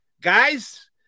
Guys